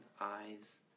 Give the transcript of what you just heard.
eyes